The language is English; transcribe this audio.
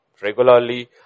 regularly